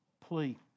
plea